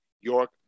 York